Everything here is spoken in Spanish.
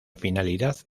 finalidad